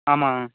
ஆமாம்